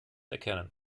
erkennen